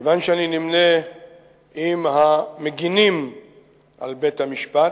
כיוון שאני נמנה עם המגינים על בית-המשפט,